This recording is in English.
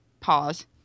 pause